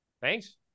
Thanks